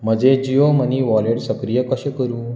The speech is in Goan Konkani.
म्हजें जियो मनी वॉलेट सक्रीय कशें करूं